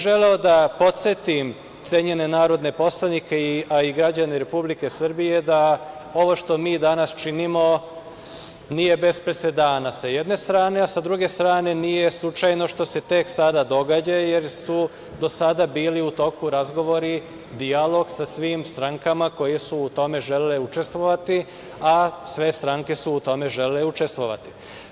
Želeo bih da podsetim cenjene narodne poslanike, a i građane Republike Srbije da ovo što mi danas činimo nije bez presedana, sa jedne strane, a sa druge strane, nije slučajno što se tek sada događa, jer su do sada bili u toku razgovori, dijalog sa svim strankama koje su u tome želele učestvovati, a sve stranke su u tome želele učestvovati.